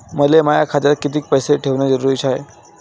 मले माया खात्यात कितीक पैसे ठेवण जरुरीच हाय?